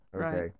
Okay